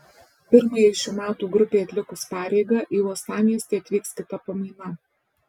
pirmajai šių metų grupei atlikus pareigą į uostamiestį atvyks kita pamaina